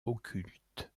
occulte